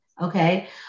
Okay